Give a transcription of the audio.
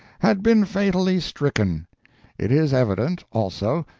had been fatally stricken it is evident, also,